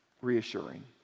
reassuring